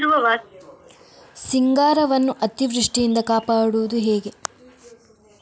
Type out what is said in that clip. ಸಿಂಗಾರವನ್ನು ಅತೀವೃಷ್ಟಿಯಿಂದ ಕಾಪಾಡುವುದು ಹೇಗೆ?